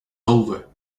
over